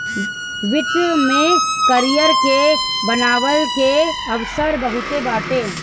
वित्त में करियर के बनवला के अवसर बहुते बाटे